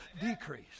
decrease